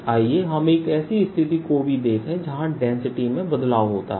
आइए हम एक ऐसी स्थिति को भी देखें जहां डेंसिटी में बदलाव होता है